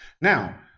Now